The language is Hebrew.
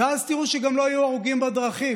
ואז תראו שגם לא יהיו הרוגים ודברים.